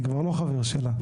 אני כבר לא חבר שלה.